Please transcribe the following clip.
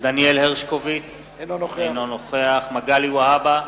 דניאל הרשקוביץ, אינו נוכח מגלי והבה,